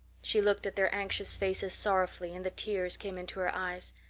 she looked at their anxious faces sorrowfully and the tears came into her eyes.